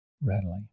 readily